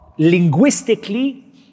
linguistically